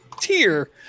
tier